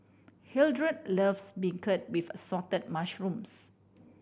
Hildred loves beancurd with Assorted Mushrooms